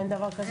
אין דבר כזה,